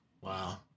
Wow